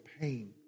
pain